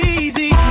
easy